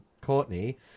Courtney